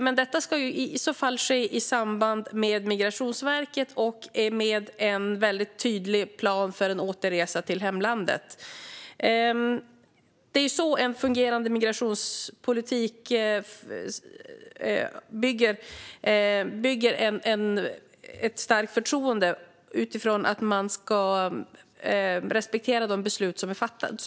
Men det ska i så fall ske i samverkan med Migrationsverket och med en tydlig plan för en återresa till hemlandet. Det är så vi får en fungerande migrationspolitik och bygger upp ett starkt förtroende. Man ska respektera de beslut som är fattade.